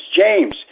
James